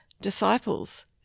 disciples